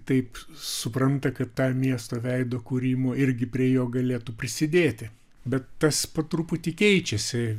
taip supranta kad tą miesto veido kūrimo irgi prie jo galėtų prisidėti bet tas po truputį keičiasi